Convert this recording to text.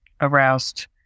aroused